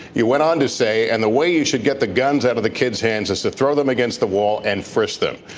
you went on to say, and the way you should get the guns outta the kids' hands is to throw them against the wall and frisk them.